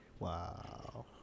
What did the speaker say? Wow